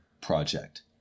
project